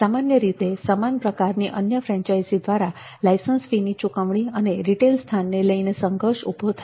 સામાન્ય રીતે સમાન પ્રકારની અન્ય ફ્રેન્ચાઇઝી દ્વારા લાયસન્સ ફીની ચૂકવણી અને રિટેલ સ્થાનને લઈને સંઘર્ષ ઊભો થાય છે